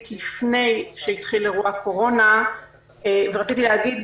לפני שהתחיל אירוע הקורונה ורציתי להגיד,